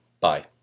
Bye